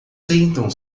sentam